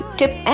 tip